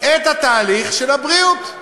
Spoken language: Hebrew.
את התהליך של הבריאות.